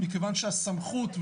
מכיוון שהסמכות,